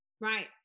Right